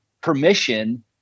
permission